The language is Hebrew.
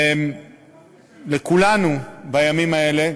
לכולנו בימים האלה,